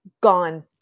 gone